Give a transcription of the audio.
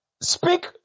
Speak